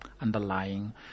underlying